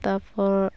ᱛᱟᱯᱚᱨ